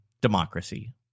democracy